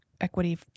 equity